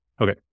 Okay